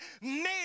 made